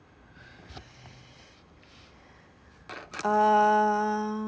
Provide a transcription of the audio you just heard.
err